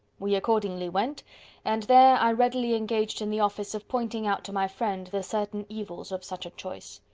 we accordingly went and there i readily engaged in the office of pointing out to my friend the certain evils of such a choice.